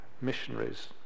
missionaries